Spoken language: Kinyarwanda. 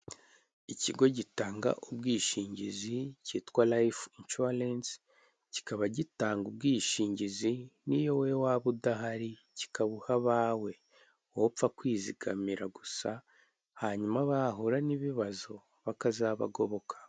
Ikigo gitanga ubwishingizi cyitwa rayifu inshuwarensi kikaba gitanga ubwishingizi, n'iyo wowe waba udahari, kikabuha abawe wowe upfa kwizigamira gusa, hanyuma bahura n'ibibazo bakazabagoboka.